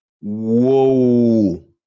Whoa